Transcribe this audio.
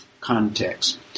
context